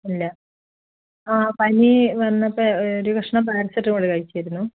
ഇല്ല ആ പനി വന്നിപ്പം ഒരു കഷ്ണം പാരസെറ്റാമോള് കഴിച്ചിരുന്നു